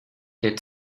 der